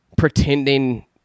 Pretending